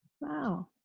Wow